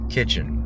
Kitchen